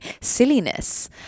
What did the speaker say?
silliness